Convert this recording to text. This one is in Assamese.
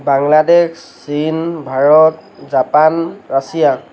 বাংলাদেশ চীন ভাৰত জাপান ৰাছিয়া